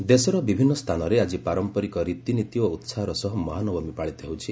ମହାନବମୀ ଦେଶର ବିଭିନ୍ନ ସ୍ଥାନରେ ଆଜି ପାରମ୍ପରିକ ରୀତିନୀତି ଓ ଉତ୍ସାହର ସହ ମହାନବମୀ ପାଳିତ ହେଉଛି